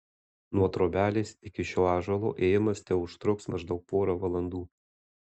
nuo trobelės iki šio ąžuolo ėjimas teužtruks maždaug porą valandų